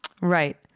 Right